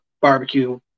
Barbecue